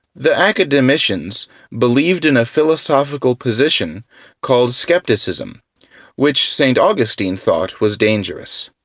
the academicians believed in a philosophical position called skepticism which st. augustine thought was dangerous.